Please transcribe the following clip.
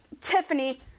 Tiffany